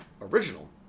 original